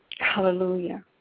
Hallelujah